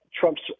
Trump's